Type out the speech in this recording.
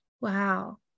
Wow